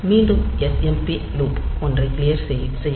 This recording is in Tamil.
மீண்டும் smp loop ஒன்றை க்ளியர் செய்யும்